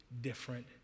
different